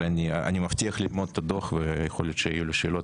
אבל אני מבטיח ללמוד את הדו"ח ויכול להיות שיהיו לי שאלות,